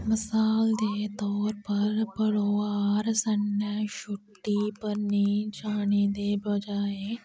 मसाल दे तौर पर परोआर सनेंं छुट्टी पर नेईं जाने दे बजाए